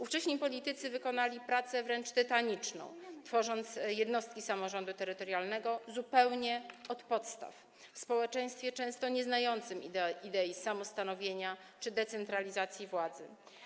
Ówcześni politycy wykonali pracę wręcz tytaniczną, tworząc tu jednostki samorządu terytorialnego zupełnie od podstaw w społeczeństwie często nieznającym idei samostanowienia czy decentralizacji władzy.